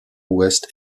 ouest